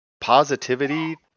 Positivity